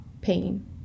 pain